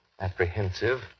apprehensive